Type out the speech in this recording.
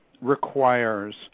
requires